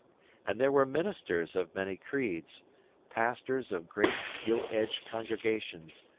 and there were ministers of many creeds pastors of great, gilt-edged congregations,